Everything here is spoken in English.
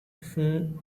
often